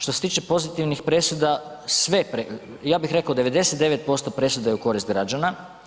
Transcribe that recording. Što se tiče pozitivnih presuda, sve, ja bih reko 99% presuda je u korist građana.